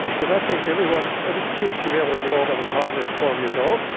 because i think everyone, every kid should be able to draw by the time they're twelve years old.